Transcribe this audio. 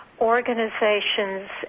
organizations